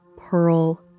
pearl